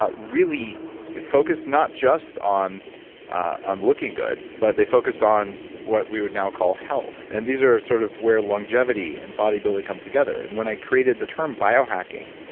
ah focused not just on on looking good, but they focused on what we would now call health. and these are sort of where longevity and bodybuilding comes together and when i created the term, biohacking,